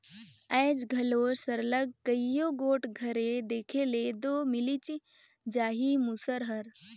आएज घलो सरलग कइयो गोट घरे देखे ले दो मिलिच जाही मूसर हर